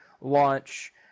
launch